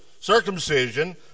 circumcision